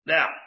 Now